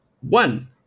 one